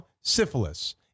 syphilis